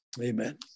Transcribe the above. Amen